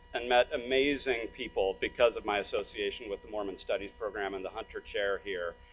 and met amazing people because of my association with the mormon studies program and the hunter chair here,